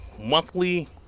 Monthly